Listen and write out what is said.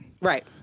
Right